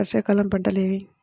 వర్షాకాలం పంటలు ఏవి?